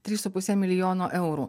trys su puse milijono eurų